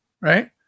right